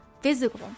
physical